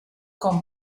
com